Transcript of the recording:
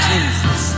Jesus